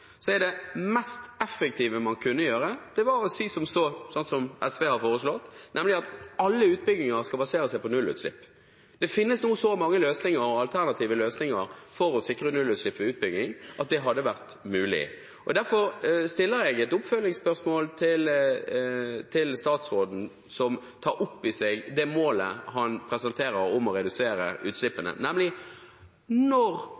er det mest effektive man kan gjøre å si som så, sånn som SV har foreslått, at alle utbygginger skal basere seg på nullutslipp. Det finnes nå så mange løsninger og alternative løsninger for å sikre nullutslipp ved utbygging, at det hadde vært mulig. Derfor stiller jeg et oppfølgingsspørsmål til statsråden, som tar opp i seg det målet han presenterer om å redusere utslippene, nemlig: Når